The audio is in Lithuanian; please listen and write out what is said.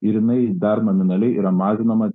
ir jinai dar nominaliai yra mažinama